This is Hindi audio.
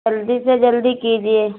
जल्दी से जल्दी कीजिए